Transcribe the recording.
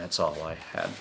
that's all i have